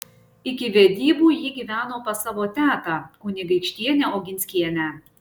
iki vedybų ji gyveno pas savo tetą kunigaikštienę oginskienę